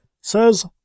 says